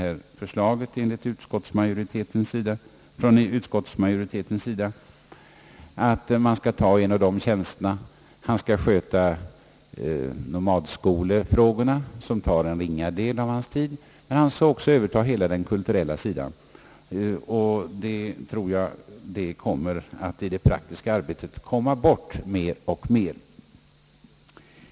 Man föreslår nämligen att nomadskolefrågorna skulle överföras till en av dessa tjänster, vilket skulle ta en ringa del av tjänstemannens tid. Men vederbörande skall också överta hela den kulturella sidan, och jag befarar att denna verksamhet i det praktiska arbetet i så fall mer och mer skulle komma att falla bort.